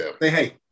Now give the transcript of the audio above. Hey